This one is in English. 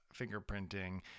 fingerprinting